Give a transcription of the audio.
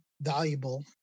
valuable